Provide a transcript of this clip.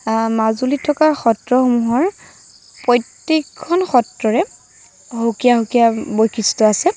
মাজুলীত থকা সত্ৰসমূহৰ প্ৰত্যেকখন সত্ৰৰে সুকীয়া সুকীয়া বৈশিষ্ট্য আছে